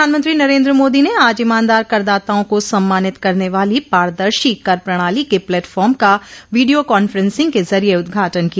प्रधानमंत्री नरेन्द्र मोदी ने आज ईमानदार करदाताओं को सम्मानित करने वाली पारदर्शी कर प्रणाली के प्लेटफॉर्म का वीडियो कांफ्रेंसिंग के जरिए उदघाटन किया